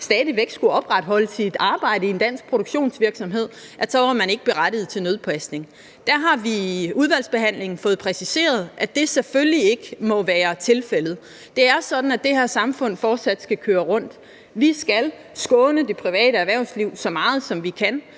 stadig væk skulle opretholde sit arbejde i en dansk produktionsvirksomhed, var man ikke berettiget til nødpasning. Der har vi i udvalgsbehandlingen fået præciseret, at det selvfølgelig ikke må være tilfældet. Det er sådan, at det her samfund fortsat skal køre rundt. Vi skal skåne det private erhvervsliv så meget, som vi kan.